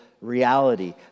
reality